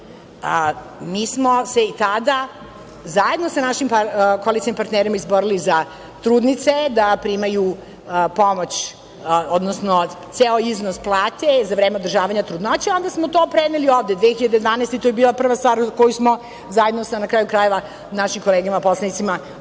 Mi smo se i tada, zajedno sa našim koalicionim partnerima, izborili za trudnice da primaju ceo iznos plate za vreme održavanja trudnoće, a onda smo to preneli ovde 2012. godine i to je bila prva stvar koju smo zajedno sa našim kolegama poslanicima uradili,